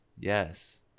yes